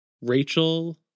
Rachel